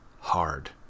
hard